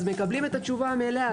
אז מקבלים את התשובה המלאה.